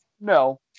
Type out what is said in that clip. No